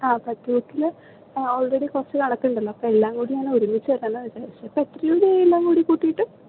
ആ പറ്റ് ബുക്കിൽ ഓൾറെഡി കുറച്ച് കണക്കുണ്ടല്ലോ അപ്പോൾ എല്ലാം കൂടി ഞാൻ ഒരുമിച്ച് തരാമെന്നാണ് വിചാരിച്ചത് ഇപ്പോൾ എത്ര രൂപയായി എല്ലാം കൂടി കൂട്ടിയിട്ട്